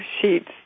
sheets